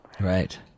Right